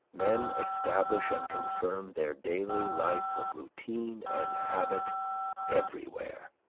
men establish and confirm their daily life of routine and habit everywhere,